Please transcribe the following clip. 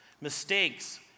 Mistakes